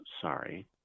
sorry